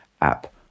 app